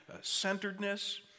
centeredness